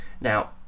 Now